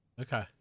Okay